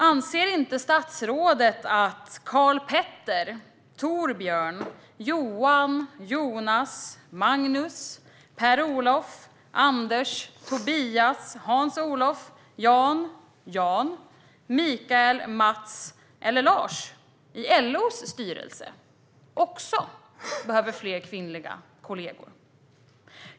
Anser inte statsrådet att Karl-Petter, Torbjörn, Johan, Jonas, Magnus, Per-Olof, Anders, Tobias, Hans-Olof, Jan, Jan, Mikael, Matts eller Lars i LO:s styrelse också behöver fler kvinnliga kollegor?